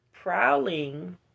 Prowling